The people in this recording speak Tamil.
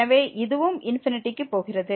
எனவே இதுவும் க்கு போகிறது